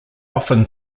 often